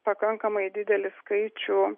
pakankamai didelį skaičių